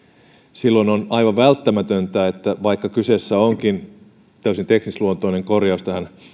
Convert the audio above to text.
silloin on aivan välttämätöntä vaikka kyseessä onkin täysin teknisluonteinen korjaus